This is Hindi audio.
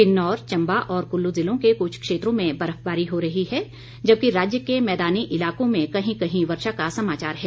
किन्नौर चम्बा और कुल्लू ज़िलों के कुछ क्षेत्रों में बर्फबारी हो रही है जबकि राज्य के मैदानी इलाकों में कहीं कहीं वर्षा का समाचार है